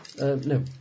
No